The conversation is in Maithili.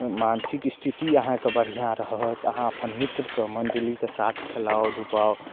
मानसिक स्थिति अहाँके बढ़िआँ रहत अहाँ अपन मित्रके मण्डलीके साथ खेलाउ धुपाउ